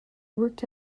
worked